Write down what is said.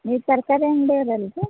ನೀವು ತರಕಾರಿ ಅಂಗ್ಡಿಯವ್ರು ಅಲ್ವ ರೀ